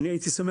אני הייתי שמח,